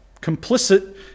complicit